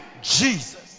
Jesus